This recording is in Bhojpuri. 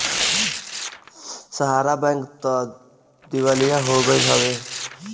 सहारा बैंक तअ दिवालिया हो गईल हवे